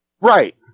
Right